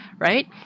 Right